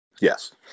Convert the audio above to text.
Yes